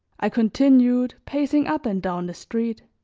i continued pacing up and down the street,